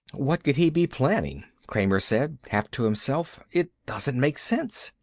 what could he be planning, kramer said, half to himself. it doesn't make sense.